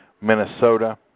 minnesota